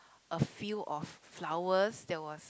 a field of flowers that was